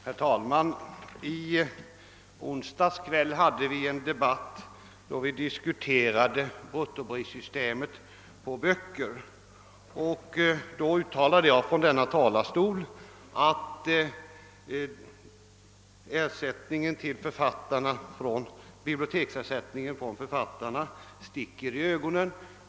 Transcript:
Herr talman! I onsdags kväll hade vi en debatt om systemet med bruttopriser på böcker. Då uttalade jag från denna talarstol att biblioteksersättningen till författarna sticker i ögonen.